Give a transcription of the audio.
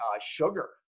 sugar